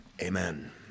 amen